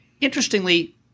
Interestingly